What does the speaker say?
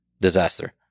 disaster